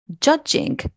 judging